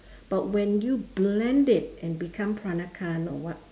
but when you blend it and become peranakan or what